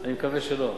אני מקווה שלא.